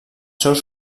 seus